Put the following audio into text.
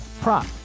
prop